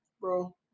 bro